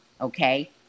Okay